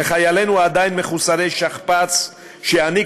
וחיילינו עדיין מחוסרי שכפ"ץ שיעניק